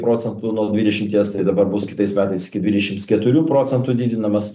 procentu nuo dvidešimties tai dabar bus kitais metais iki dvidešims keturių procentų didinamas